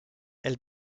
elle